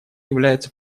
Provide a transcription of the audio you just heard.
являются